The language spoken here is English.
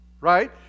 right